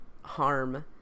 harm